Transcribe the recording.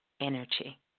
energy